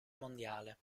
mondiale